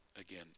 again